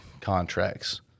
contracts